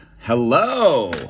Hello